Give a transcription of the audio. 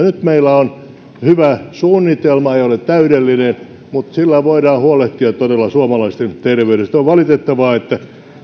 nyt meillä on hyvä suunnitelma se ei ole täydellinen mutta sillä voidaan huolehtia todella suomalaisten terveydestä on valitettavaa että